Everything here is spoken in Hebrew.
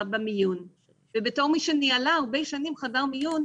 במיון ובתור מי שניהלה הרבה שנים חדר מיון,